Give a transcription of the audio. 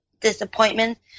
disappointment